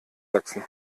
sachsen